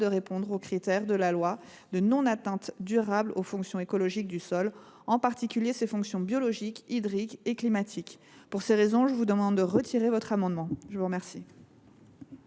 de répondre aux critères de la loi de non atteinte durable aux fonctions écologiques du sol, en particulier ses fonctions biologiques, hydriques et climatiques. Par conséquent, le Gouvernement demande le retrait de cet amendement. Monsieur